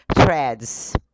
threads